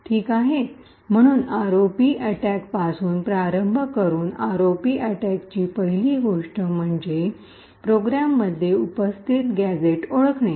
ठीक आहे म्हणून आरओपी अटैकपासून प्रारंभ करुन आरओपी अटैकची पहिली गोष्ट म्हणजे प्रोग्राममध्ये उपस्थित गॅझेट्स ओळखणे